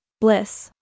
bliss